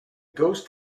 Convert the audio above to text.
ghost